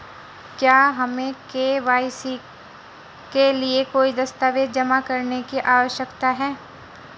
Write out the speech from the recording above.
क्या हमें के.वाई.सी के लिए कोई दस्तावेज़ जमा करने की आवश्यकता है?